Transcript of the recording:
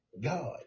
God